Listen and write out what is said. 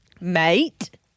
Mate